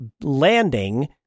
landing